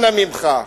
אנא ממך,